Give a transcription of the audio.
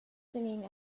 singing